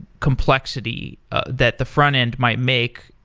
complexity that the front-end might make,